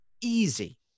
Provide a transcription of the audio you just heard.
easy